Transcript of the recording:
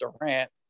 Durant